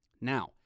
Now